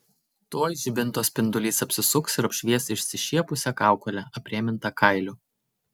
tuoj žibinto spindulys apsisuks ir apšvies išsišiepusią kaukolę aprėmintą kailiu